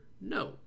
No